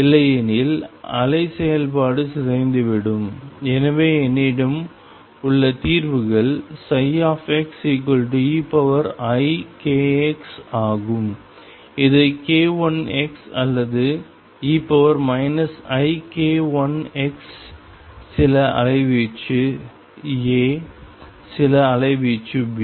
இல்லையெனில் அலை செயல்பாடு சிதைந்துவிடும் எனவே என்னிடம் உள்ள தீர்வுகள் xeikx ஆகும் இதை k1x அல்லது e ik1x சில அலைவீச்சு A சில அலைவீச்சு B